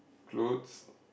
clothes